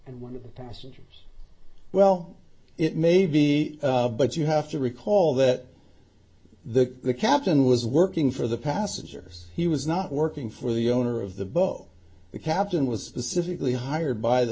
and one of the passengers well it may be but you have to recall that the the captain was working for the passengers he was not working for the owner of the boat captain was specifically hired by the